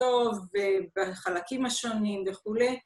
‫טוב בחלקים השונים וכולי.